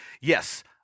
Yes